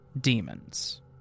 demons